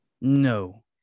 No